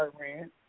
Iran